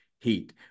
heat